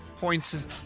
points